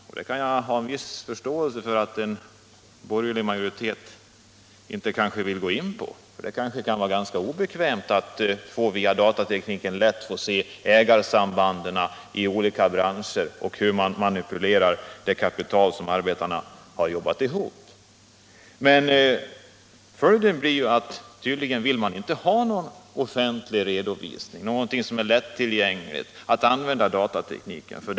Jag har visserligen en viss förståelse för att en borgerlig majoritet kanske inte vill gå in på det — det kan ju vara obekvämt att via datatekniken ganska lätt få se ägarsambanden i olika branscher och hur man manipulerar med det kapital som arbetarna har jobbat ihop! Slutsatsen blir att man tydligen inte vill ha någon offentlig, lättillgänglig redovisning för hur datatekniken används.